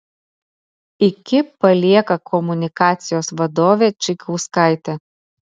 iki palieka komunikacijos vadovė čaikauskaitė